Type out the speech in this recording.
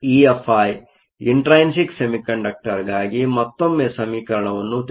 EFi intrinsic ಸೆಮಿಕಂಡಕ್ಟರ್ಗಾಗಿ ಮತ್ತೊಮ್ಮೆ ಸಮೀಕರಣವನ್ನು ತೆಗೆದುಕೊಳ್ಳಿ